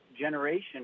generation